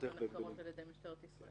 בתחום הזה נחקרות על ידי משטרת ישראל.